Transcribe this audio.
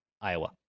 Iowa